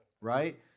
Right